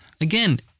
Again